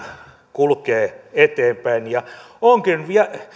kulkee eteenpäin onkin